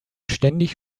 ständig